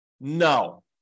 No